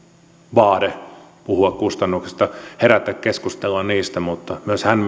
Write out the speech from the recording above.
vaade puhua kustannuksista herättää keskustelua niistä mutta myös hän